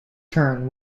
turn